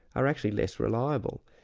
are actually less reliable.